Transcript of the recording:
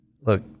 look